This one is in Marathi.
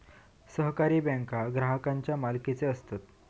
सहकारी बँको ग्राहकांच्या मालकीचे असतत